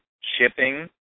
shipping